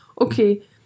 Okay